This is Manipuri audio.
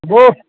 ꯇꯥꯕ꯭ꯔꯣ